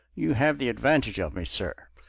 you have the advantage of me, sir!